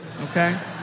okay